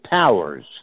Powers